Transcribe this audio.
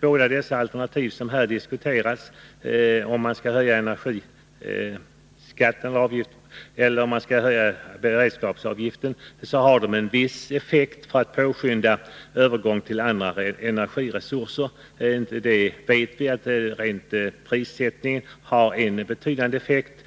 Båda de alternativ som här diskuteras — om man skall höja energiskatten och om man skall höja beredskapsavgiften — har en viss effekt för att påskynda en övergång till andra energiresurser. Vi vet att prisökningen här har en betydande effekt.